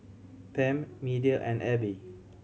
Pam Media and Abby